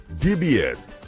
DBS